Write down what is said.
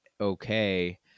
okay